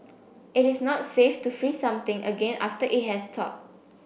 it is not safe to freeze something again after it has thawed